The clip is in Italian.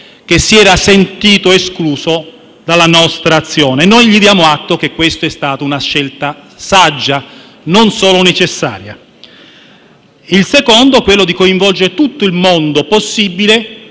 che si era sentito escluso dalla nostra azione. Noi gli diamo atto che questa è stata una scelta saggia, non solo necessaria. Gli diamo inoltre atto di aver coinvolto tutti i soggetti possibili